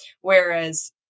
Whereas